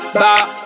bop